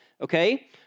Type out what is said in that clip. okay